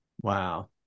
Wow